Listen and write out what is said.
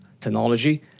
technology